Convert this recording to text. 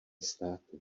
státu